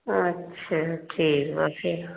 अच्छा ठीक बा फिर